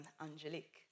Angelique